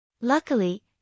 Luckily